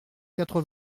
quatre